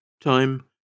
Time